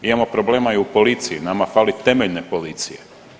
Mi imamo problema i u policiji, nama fali temeljne policije.